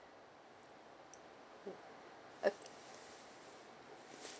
mm ok